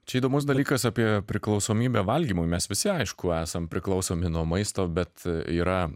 čia įdomus dalykas apie priklausomybę valgymui mes visi aišku esam priklausomi nuo maisto bet yra